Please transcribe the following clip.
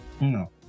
No